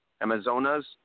Amazonas